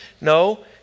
no